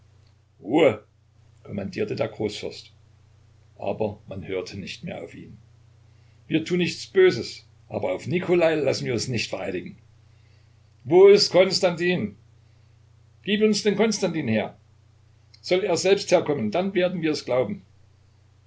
ruhe kommandierte der großfürst aber man hörte nicht mehr auf ihn wir tun nichts böses aber auf nikolai lassen wir uns nicht vereidigen wo ist konstantin gib uns den konstantin her soll er selbst herkommen dann werden wir es glauben